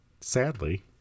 sadly